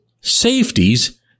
safeties